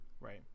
Right